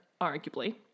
arguably